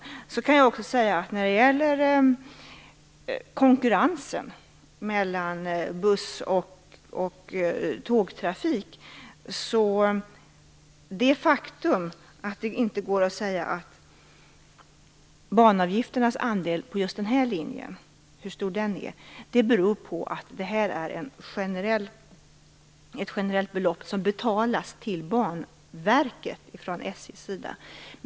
Jag kan då också säga något om konkurrensen mellan buss och tågtrafik. Det faktum att det inte går att säga hur stor banavgifternas andel är på just den här linjen beror på att detta är ett generellt belopp, som betalas till Banverket från SJ:s sida.